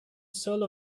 solo